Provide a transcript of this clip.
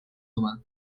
humà